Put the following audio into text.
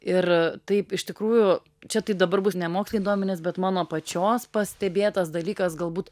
ir taip iš tikrųjų čia tai dabar bus nemoksliniai duomenys bet mano pačios pastebėtas dalykas galbūt